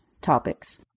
topics